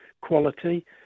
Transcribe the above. quality